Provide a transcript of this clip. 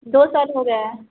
دو سال ہو گیا ہے